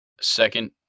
Second